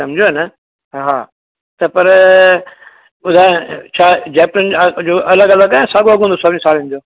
सम्झुव न हा त पर ॿुधाए छा जयपुरियुनि जो अघु अलॻि अलॻि आहे या साॻियो अघु हूंदो सभिनिनि साड़ियुनि जो